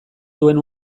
duen